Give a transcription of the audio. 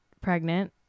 pregnant